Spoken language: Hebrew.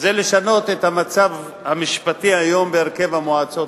זה לשנות את המצב המשפטי היום בהרכב המועצות